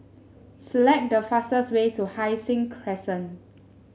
select the fastest way to Hai Sing Crescent